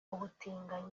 ubutinganyi